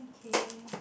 k